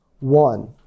one